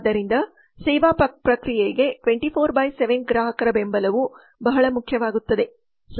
ಆದ್ದರಿಂದ ಟೆಲಿಕಾಂ ಸೇವಾ ಪ್ರಕ್ರಿಯೆಗೆ 24 ಬೈ 7 ಗ್ರಾಹಕರ ಬೆಂಬಲವು ಬಹಳ ಮುಖ್ಯವಾಗುತ್ತದೆ